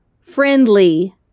friendly